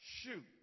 shoot